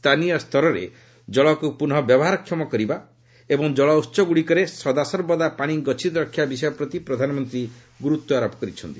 ସ୍ଥାନୀୟ ସ୍ଥରରେ ଜଳକୁ ପୁନଃ ବ୍ୟବହାରକ୍ଷମ କରିବା ଏବଂ ଜଳଉହଗ୍ରଡ଼ିକରେ ସଦାସର୍ବଦା ପାଣି ଗଚ୍ଛିତ ରଖିବା ବିଷୟ ପ୍ରତି ପ୍ରଧାନମନ୍ତ୍ରୀ ଗୁରୁତ୍ୱ ଆରୋପ କରିଛନ୍ତି